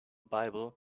bible